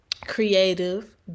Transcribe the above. creative